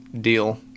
deal